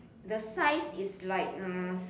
the size is like mm